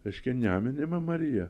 reiškia neminima marija